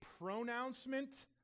pronouncement